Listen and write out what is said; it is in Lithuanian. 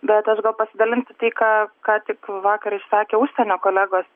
bet aš gal pasidalinsiu tai ką ką tik vakar išsakė užsienio kolegos